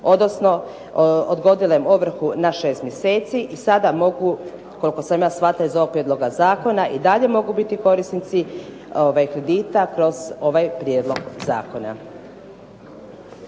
odnosno odgodila im ovrhu na 6 mjeseci i sada mogu koliko sam ja shvatila ih ovog Prijedloga zakona i dalje mogu biti korisnici kredita kroz ovaj Prijedlog zakona.